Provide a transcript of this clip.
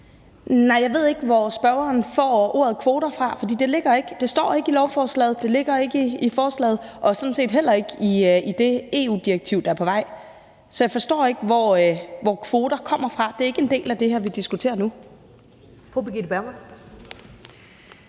Nej, jeg ved ikke, hvor spørgeren får ordet kvoter fra, for det står ikke i lovforslaget, det ligger ikke i forslaget, og det gør det sådan set heller ikke i det EU-direktiv, der er på vej. Så jeg forstår ikke, hvor det med kvoter kommer fra. Det er ikke en del af det her, vi diskuterer nu.